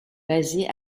basé